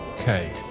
Okay